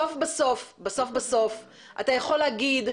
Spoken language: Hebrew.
בסוף בסוף אתה יכול להגיד,